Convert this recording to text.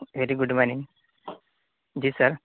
very good morning جی سر